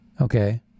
okay